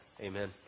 Amen